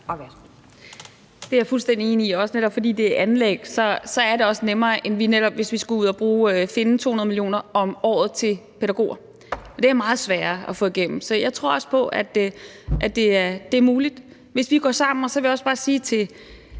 Det er jeg fuldstændig enig i. Netop fordi det er anlæg, er det også nemmere, end hvis vi skulle ud at finde 200 mio. kr. om året til pædagoger, og det er meget sværere at få igennem. Så jeg tror også på, at det er muligt, hvis vi går sammen. Så vil jeg også bare sige til